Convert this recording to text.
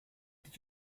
did